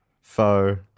foe